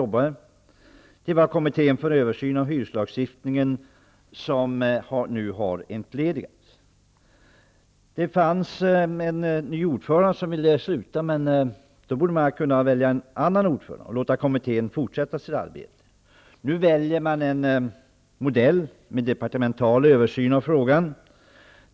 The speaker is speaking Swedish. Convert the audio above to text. Det var kommittén för översyn av hyreslagstiftningen, som nu har entledigats. Kommitténs ordförande ville sluta, men då borde man ha kunnat välja en annan ordförande och låta kommittén fortsätta sitt arbete. Nu väljer man en modell med departemental översyn av frågan.